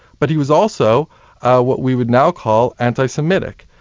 but he was also what we would now call anti-semitic.